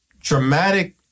dramatic